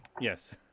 Yes